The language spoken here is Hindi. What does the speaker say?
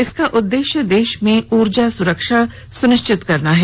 इसका उद्देश्य देश में ऊर्जा सुरक्षा सुनिश्चित करना है